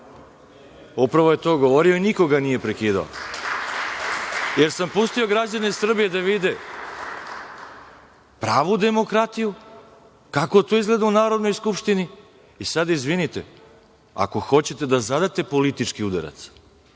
Upravo je to govorio i niko ga nije prekidao. Pustio sam građane Srbije da vide pravu demokratiju, kako to izgleda u Narodnoj skupštini. Sada izvinite, ako hoćete da zadate politički udarac,